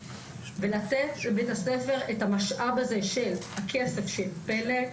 ולתת לבית הספר את המשאב הזה של הכסף של פל"א.